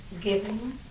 Giving